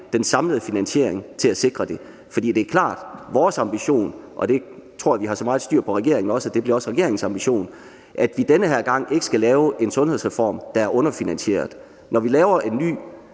den samlede finansiering til at sikre det. For det er klart, at vores ambition – og der tror jeg, at vi har så meget styr på regeringen, at det også bliver regeringens ambition – at vi denne gang ikke skal lave en sundhedsreform, der er underfinansieret. Når vi laver en ny